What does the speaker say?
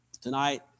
Tonight